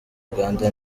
uganda